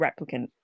replicant